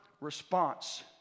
response